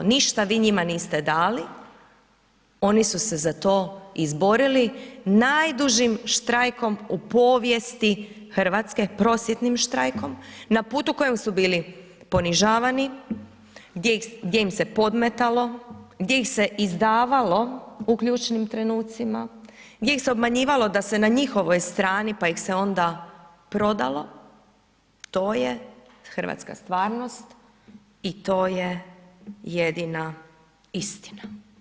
Ništa vi njima niste dali, oni su se za to izborili najdužim štrajkom u povijesti Hrvatske, prosvjetnim štrajkom, na putu na kojem su bili ponižavani, gdje im se podmetalo, gdje ih se izdavalo u ključnim trenucima, gdje ih se obmanjivalo da se na njihovoj strani, pa ih se onda prodalo, to je hrvatska stvarnost i to je jedina istina.